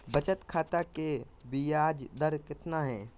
बचत खाता के बियाज दर कितना है?